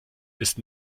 ist